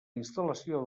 instal·lació